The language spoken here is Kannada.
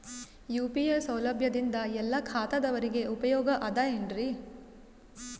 ಯು.ಪಿ.ಐ ಸೌಲಭ್ಯದಿಂದ ಎಲ್ಲಾ ಖಾತಾದಾವರಿಗ ಉಪಯೋಗ ಅದ ಏನ್ರಿ?